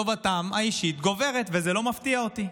טובתם האישית גוברת, וזה לא מפתיע אותי.